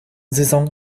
saison